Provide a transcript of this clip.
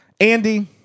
Andy